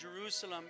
Jerusalem